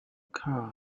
car